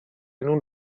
nun